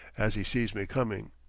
as he sees me coming.